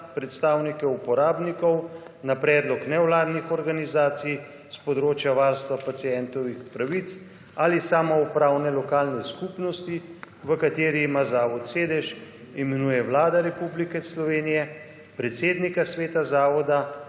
predstavnike uporabnikov na predlog nevladnih organizacij s področja varstva pacientovih pravic ali samoupravne lokalne skupnosti v kateri ima zavod sedež imenuje Vlada Republike Slovenije. Predsednika sveta zavoda